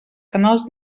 canals